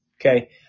Okay